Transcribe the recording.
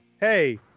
hey